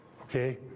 Okay